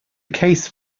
case